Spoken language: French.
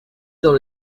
dans